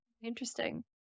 interesting